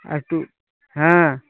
अक्टू हाँ